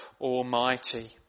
Almighty